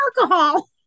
alcohol